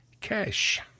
cash